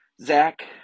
Zach